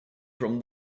from